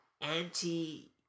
anti